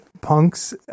punks